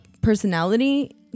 personality